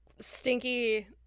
stinky